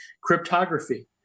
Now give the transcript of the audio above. cryptography